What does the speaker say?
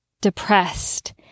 depressed